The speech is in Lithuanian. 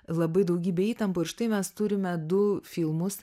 labai daugybė įtampų ir štai mes turime du filmus